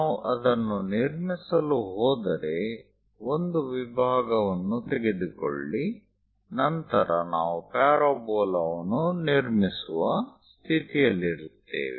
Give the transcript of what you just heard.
ನಾವು ಅದನ್ನು ನಿರ್ಮಿಸಲು ಹೋದರೆ ಒಂದು ವಿಭಾಗವನ್ನು ತೆಗೆದುಕೊಳ್ಳಿ ನಂತರ ನಾವು ಪ್ಯಾರಾಬೋಲಾವನ್ನು ನಿರ್ಮಿಸುವ ಸ್ಥಿತಿಯಲ್ಲಿರುತ್ತೇವೆ